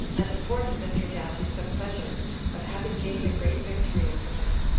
and afforded mithridates the pleasure of having gained a great victory over them.